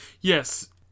yes